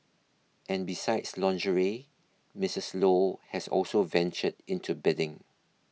and besides lingerie Misses Low has also ventured into bedding